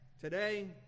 today